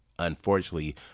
unfortunately